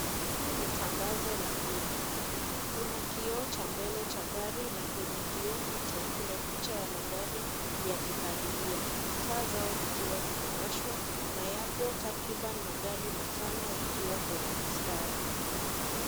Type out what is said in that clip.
Hii ni tangazo la bima. Kuna kioo cha mbele cha gari, na kwenye kioo hicho, kuna picha ya magari yakikaribia. Taa zao zikiwa zimewashwa, na yapo takribani magari matano yakiwa kwenye mstari.